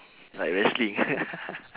like wrestling